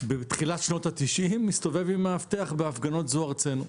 בתחילת שנות התשעים מסתובב עם מאבטח בהפגנות זו ארצנו.